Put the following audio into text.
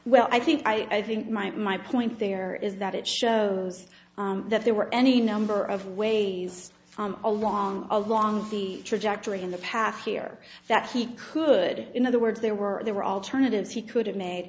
well i think i think might my point there is that it shows that there were any number of ways from along along the trajectory in the past year that he could in other words there were there were alternatives he could have made